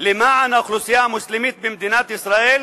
למען האוכלוסייה המוסלמית במדינת ישראל,